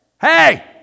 hey